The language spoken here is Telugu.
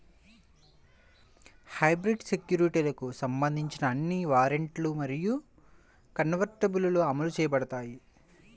హైబ్రిడ్ సెక్యూరిటీలకు సంబంధించిన అన్ని వారెంట్లు మరియు కన్వర్టిబుల్లు అమలు చేయబడతాయి